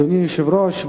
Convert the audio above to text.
אדוני היושב-ראש,